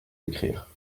écrire